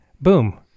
Boom